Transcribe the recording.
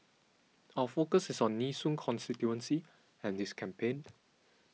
our focus is on Nee Soon constituency and this campaign